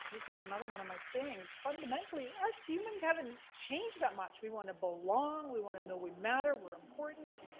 this is another one of my sayings. fundamentally us humans haven't changed that much. we wanna belong, we wanna know we matter, we're important,